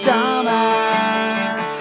Dumbass